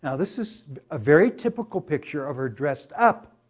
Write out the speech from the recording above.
and this is a very typical picture of her dressed up.